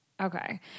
Okay